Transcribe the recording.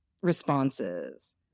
responses